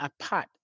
apart